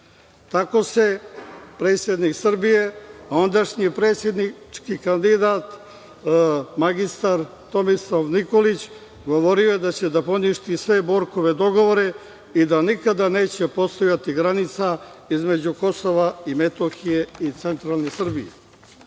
je predsednik Srbije, ondašnji predsednički kandidat, magistar Tomislav Nikolić, govorio da će da poništi sve Borkove dogovore i da nikada neće postojati granica između KiM i centralne Srbije.